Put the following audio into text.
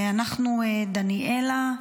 דניאלה,